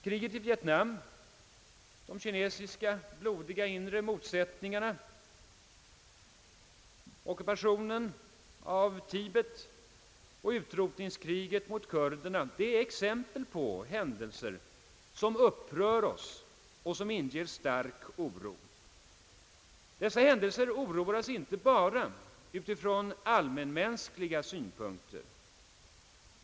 Kriget i Vietnam, de kinesiska blodiga inre motsättningarna, ockupationen av Tibet och utrotningskriget mot kurderna är exempel på händelser som upprör oss och som inger stark oro. Dessa händelser oroar oss inte bara utifrån allmänmänskliga synpunkter.